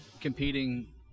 competing